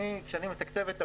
כשאני מתקצב את המעוף,